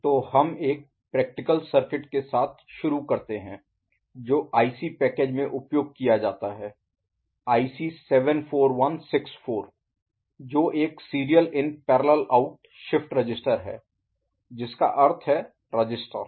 तो हम एक प्रैक्टिकल Parctical व्यावहारिक सर्किट के साथ शुरू करते हैं जो आईसी पैकेज में उपयोग किया जाता है आईसी 74164 जो एक serial in parallel out shift register है जिसका अर्थ है रजिस्टर